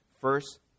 first